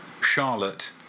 Charlotte